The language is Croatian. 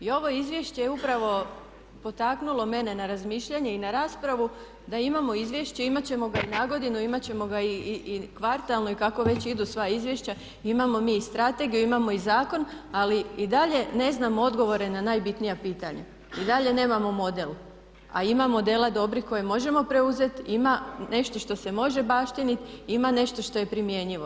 I ovo izvješće je upravo potaknulo mene na razmišljanje i na raspravu da imamo izvješće, imat ćemo ga i nagodinu, imat ćemo ga i kvartalno i kako već idu sva izvješća i imamo mi i strategiju, imamo i zakon ali i dalje ne znamo odgovore na najbitnija pitanja, i dalje nemamo model a ima modela dobrih koje možemo preuzeti, ima nešto što se može baštinit i ima nešto što je primjenjivo.